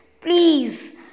Please